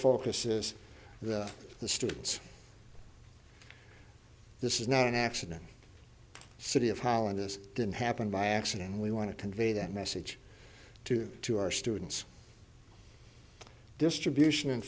focus is the students this is not an accident city of holland this didn't happen by accident and we want to convey that message to to our students distribution